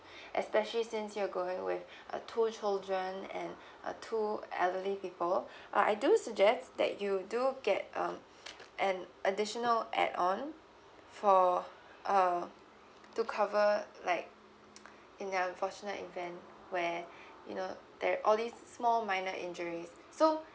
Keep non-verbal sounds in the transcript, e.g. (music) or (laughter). especially since you're going with (breath) uh two children and (breath) uh two elderly people (breath) uh I do you suggest that you do get um an additional add on for uh to cover like in their unfortunate event where (breath) you know that all these small minor injury so